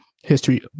history